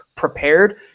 prepared